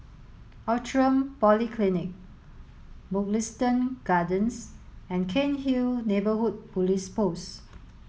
Outram Polyclinic Mugliston Gardens and Cairnhill Neighbourhood Police Post